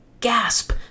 gasp